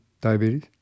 diabetes